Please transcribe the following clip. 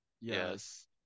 Yes